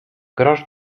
grosz